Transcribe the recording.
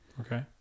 Okay